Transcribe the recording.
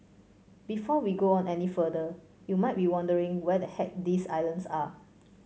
before we go on any further you might be wondering where the heck these islands are